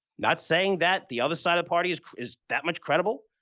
not saying that the other side of party is is that much credible,